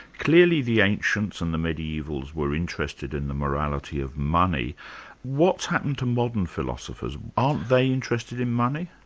clearly the ancients and the mediaevals were interested in the morality of money what's happened to modern philosophers, aren't they interested in money?